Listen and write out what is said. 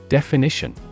Definition